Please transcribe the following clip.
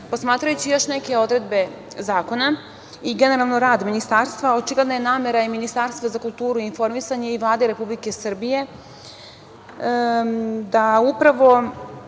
reši. Posmatrajući još neke odredbe zakona i generalno rad Ministarstva, očigledna je namera i Ministarstva za kulturu i informisanje i Vlade Republike Srbije da upravo